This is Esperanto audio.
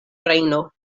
rejno